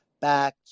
back